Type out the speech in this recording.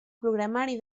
programari